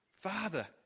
Father